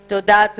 תודה.